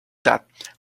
that